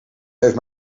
heeft